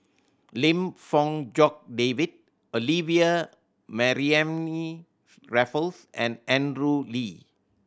Lim Fong Jock David Olivia Mariamne Raffles and Andrew Lee